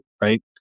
right